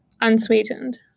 unsweetened